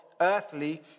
earthly